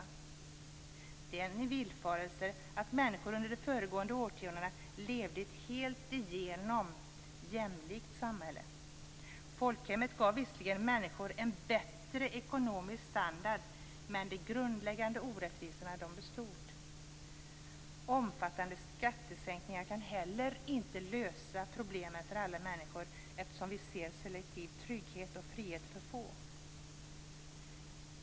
Det är en villfarelse att människor under de föregående årtiondena levde i ett helt igenom jämlikt samhälle. Folkhemmet gav visserligen människor en bättre ekonomisk standard, men de grundläggande orättvisorna bestod. Omfattande skattesänkningar kan heller inte lösa problemen för alla människor, eftersom vi då ser selektiv trygghet och frihet för få.